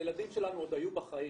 הילדים שלנו עוד היו בחיים.